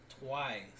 twice